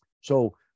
So-